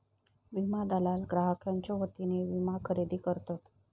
विमा दलाल ग्राहकांच्यो वतीने विमा खरेदी करतत